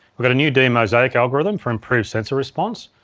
we've got a new demosaic algorithm for improved sensor response,